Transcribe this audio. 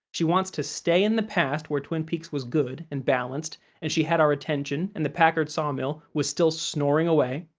she wants to stay in the past where twin peaks was good and balanced and she had our attention and the packard sawmill was still snoring away,